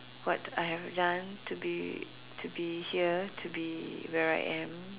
what I have done to be to be here to be where I am